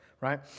right